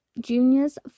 Juniors